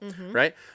right